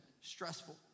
stressful